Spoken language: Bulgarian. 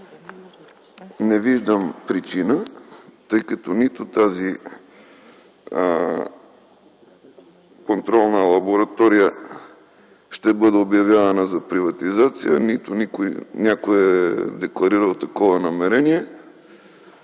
не виждам причина, тъй като нито тази контролна лаборатория ще бъде обявявана за приватизация, нито някой е декларирал такова намерение.